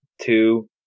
two